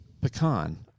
Pecan